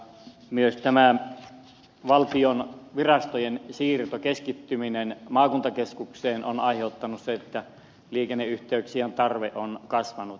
myös tämä valtion virastojen siirto keskittyminen maakuntakeskukseen on aiheuttanut sen että liikenneyhteyksien tarve on kasvanut